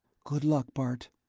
good luck, bart.